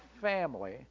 family